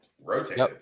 rotated